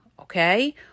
okay